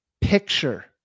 picture